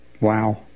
wow